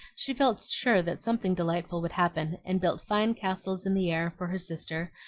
she felt sure that something delightful would happen, and built fine castles in the air for her sister,